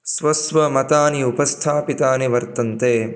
स्वस्वमतानि उपस्थापितानि वर्तन्ते